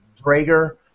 Drager